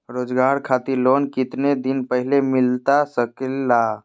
रोजगार खातिर लोन कितने दिन पहले मिलता सके ला?